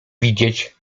widzieć